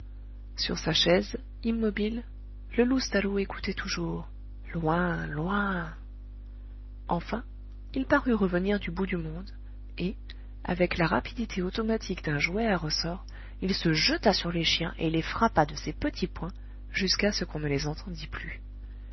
sur sa chaise immobile le loustalot écoutait toujours loin loin enfin il parut revenir du bout du monde et avec la rapidité automatique d'un jouet à ressort il se jeta sur les chiens et les frappa de ses petits poings jusqu'à ce qu'on ne les entendît plus